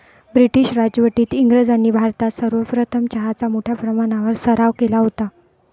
British राजवटीत इंग्रजांनी भारतात सर्वप्रथम चहाचा मोठ्या प्रमाणावर सराव केला होता